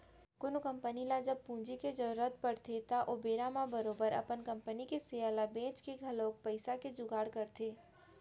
कोनो कंपनी ल जब पूंजी के जरुरत के पड़थे त ओ बेरा म बरोबर अपन कंपनी के सेयर ल बेंच के घलौक पइसा के जुगाड़ करथे